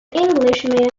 englishman